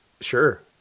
Sure